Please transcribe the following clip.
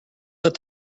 let